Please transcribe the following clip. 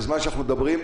בזמן שאנחנו מדברים,